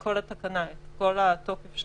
כל התקנה, את כל התוקף שלה.